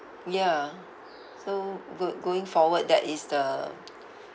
ya so go~ going forward that is the